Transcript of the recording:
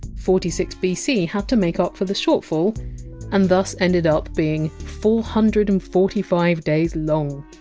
forty six bc had to make up for the shortfall and thus ended up being four hundred and forty five days long.